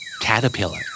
Caterpillar